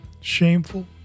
Shameful